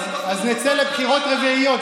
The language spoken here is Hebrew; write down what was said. אז נצא לבחירות רביעיות,